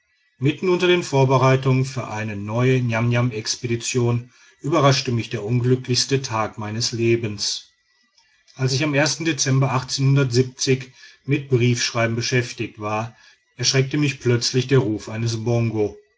mitten unter den vorbereitungen für eine neue niamniamexpedition überraschte mich der unglücklichste tag meines lebens als ich am dezember mit briefschreiben beschäftigt war erschreckte mich plötzlich der ruf eines bongo